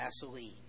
gasoline